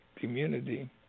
community